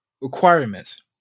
requirements